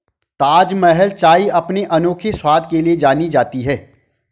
ताजमहल चाय अपने अनोखे स्वाद के लिए जानी जाती है